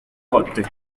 goethe